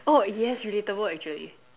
oh yes relatable actually